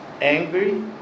angry